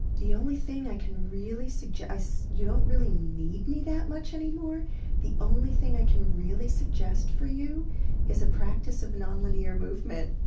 the only thing i can really suggest you don't really need me that much anymore the only thing i can really suggest for you is a practice of non-linear movement.